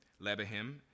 Lebahim